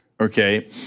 Okay